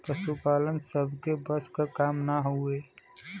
पसुपालन सबके बस क काम ना हउवे